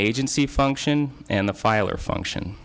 agency function and the filer function